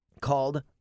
called